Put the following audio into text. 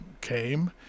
came